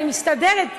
אני מסתדרת.